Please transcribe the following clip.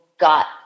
got